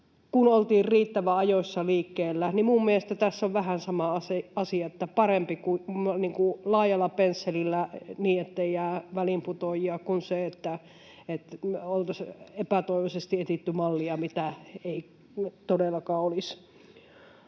kun oltiin riittävän ajoissa liikkeellä. Minun mielestäni tässä on vähän sama asia, että on parempi maalata laajalla pensselillä, niin ettei jää väliinputoajia, kuin se, että oltaisiin epätoivoisesti etsitty mallia, mitä ei todellakaan olisi